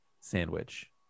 sandwich